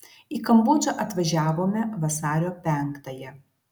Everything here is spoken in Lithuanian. į kambodžą atvažiavome vasario penktąją